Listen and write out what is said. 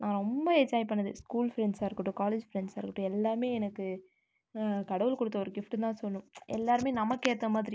நான் ரொம்ப என்ஜாய் பண்ணது ஸ்கூல் ஃப்ரெண்ட்ஸாக இருக்கட்டும் காலேஜ் ஃப்ரெண்ட்ஸாக இருக்கட்டும் எல்லாம் எனக்கு கடவுள் கொடுத்த ஒரு கிஃப்ட்டுன்னு தான் சொல்லணும் எல்லோருமே நமக்கு ஏற்ற மாதிரி